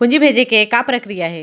पूंजी भेजे के का प्रक्रिया हे?